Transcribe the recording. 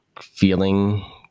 feeling